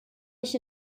ich